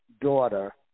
daughter